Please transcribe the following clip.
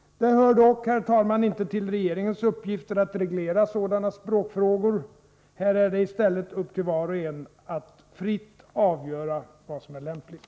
Det hör dock, herr talman, inte till regeringens uppgifter att reglera sådana språkfrågor. Här är det i stället upp till var och en att fritt avgöra vad som är lämpligt.